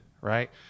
right